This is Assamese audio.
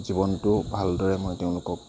জীৱনটো ভালদৰে মই তেওঁলোকক